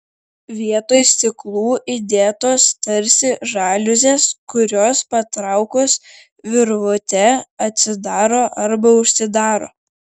vietoj stiklų įdėtos tarsi žaliuzės kurios patraukus virvutę atsidaro arba užsidaro